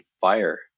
fire